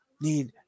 need